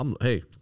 Hey